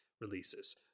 releases